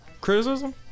Criticism